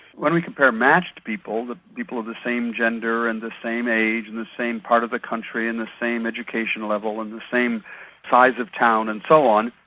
when we compare matched people, the people of the same gender and the same age and the same part of the country and the same education level and the same size of town and so on,